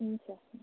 हुन्छ